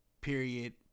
period